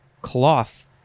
cloth